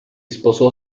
sposò